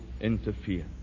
interfere